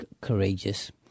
courageous